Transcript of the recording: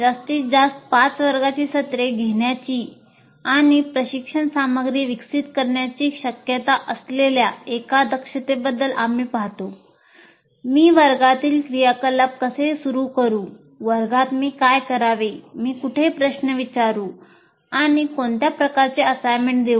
जास्तीत जास्त 5 वर्गाची सत्रे घेण्याची आणि प्रशिक्षण सामग्री विकसित करण्याची शक्यता असलेल्या एका दक्षतेबद्दल आम्ही पाहतो मी वर्गातील क्रियाकलाप कसे सुरू करू वर्गात मी काय करावे मी कुठे प्रश्न विचारू आणि कोणत्या प्रकारचे असाइनमेंट देऊ